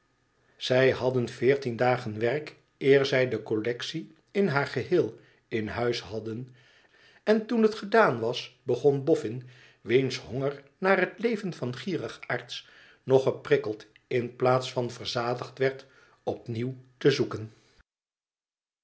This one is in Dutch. zij hadden veertien dagen werk eer zij de collectie in haar geheel in huis hadden en toen het gedaan was begon bofïin wiens honger naar het leven van gierigaards nog geprikkeld in plaats van verzadigd werd opnieuw te zoeken